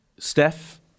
Steph